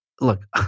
look